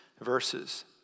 verses